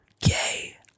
gay